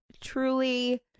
truly